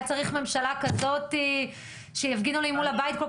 היה צריך ממשלה כזאת שיפגינו לי מול הבית כל